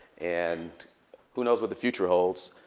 and who knows what the future holds.